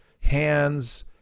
hands